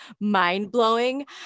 mind-blowing